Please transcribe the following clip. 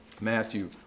matthew